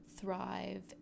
thrive